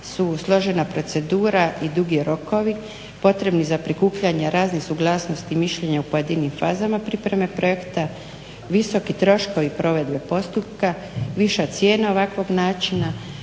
su složena procedura i dugi rokovi potrebni za prikupljanje raznih suglasnosti, mišljenja u pojedinim fazama pripreme projekte, visoki troškovi provedbe postupka, viša cijena ovakvog načina,